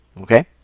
Okay